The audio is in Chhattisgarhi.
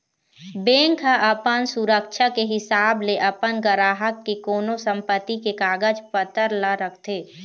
बेंक ह अपन सुरक्छा के हिसाब ले अपन गराहक के कोनो संपत्ति के कागज पतर ल रखथे